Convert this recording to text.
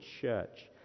church